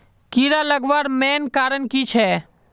कीड़ा लगवार मेन कारण की छे?